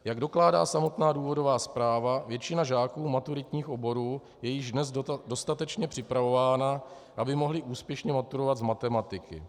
Jak dokládá samotná důvodová zpráva, většina žáků maturitních oborů je již dnes dostatečně připravována, aby mohli úspěšně maturovat z matematiky.